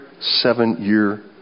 seven-year